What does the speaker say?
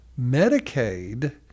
Medicaid